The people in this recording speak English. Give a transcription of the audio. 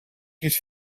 his